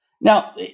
Now